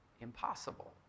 Impossible